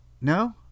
No